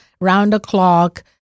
round-the-clock